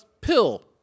pill